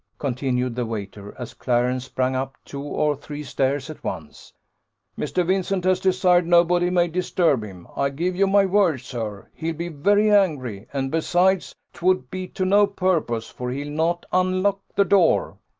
continued the waiter, as clarence sprang up two or three stairs at once mr. vincent has desired nobody may disturb him. i give you my word, sir, he'll be very angry and, besides, twould be to no purpose, for he'll not unlock the door.